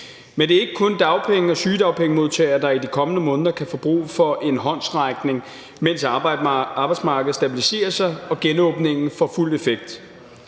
Men det er ikke kun dagpenge- og sygedagpengemodtagere, der i de kommende måneder kan få brug for en håndsrækning, mens arbejdsmarkedet stabiliserer sig og genåbningen får fuld effekt.